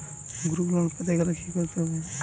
Group loan পেতে হলে কি করতে হবে?